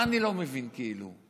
מה אני לא מבין, כאילו?